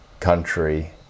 country